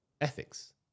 ethics